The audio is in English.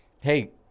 hey